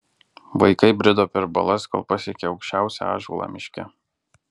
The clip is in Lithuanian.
vaikai brido per balas kol pasiekė aukščiausią ąžuolą miške